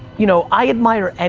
you know, i admire, and